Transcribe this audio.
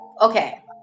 Okay